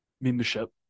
membership